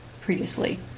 previously